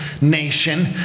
nation